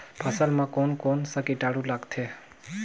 फसल मा कोन कोन सा कीटाणु लगथे?